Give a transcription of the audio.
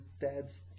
dad's